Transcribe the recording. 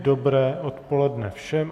Dobré odpoledne všem.